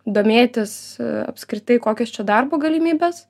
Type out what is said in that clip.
domėtis apskritai kokios čia darbo galimybės